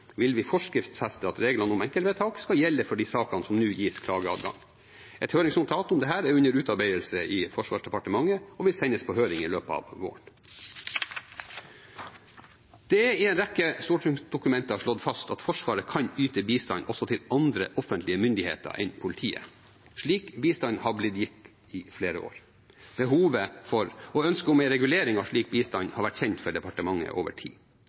vil vi forskriftsfeste at reglene om enkeltvedtak skal gjelde for de sakene som nå gis klageadgang. Et høringsnotat om dette er nå under utarbeidelse i Forsvarsdepartementet og vil sendes på høring i løpet av våren. Det er i en rekke stortingsdokumenter slått fast at Forsvaret kan yte bistand også til andre offentlige myndigheter enn politiet. Slik bistand er blitt gitt i flere år. Behovet for og ønsket om en regulering av slik bistand har vært kjent for departementet over tid.